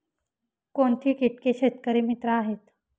कोणती किटके शेतकरी मित्र आहेत?